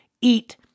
eat